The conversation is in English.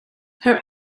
her